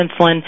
insulin